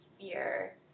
fear